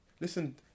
Listen